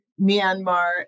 Myanmar